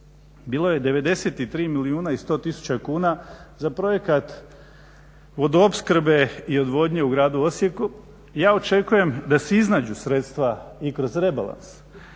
bilo je 91 milijuna i 100 tisuća kuna za projekat vodoopskrbe i odvodnje u gradu Osijeku, ja očekujem da se iznađu sredstva i kroz rebalans